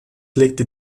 legte